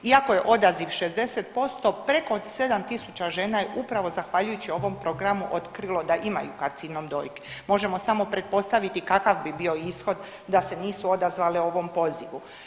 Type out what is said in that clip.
Iako je odaziv 60% preko 7000 žena je upravo zahvaljujući ovom programu otkrilo da imaju karcinom dojke, možemo samo pretpostaviti kakav bi bio ishod da se nisu odazvale ovom pozivu.